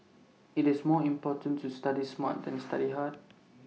IT is more important to study smart than to study hard